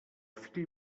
fill